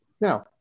Now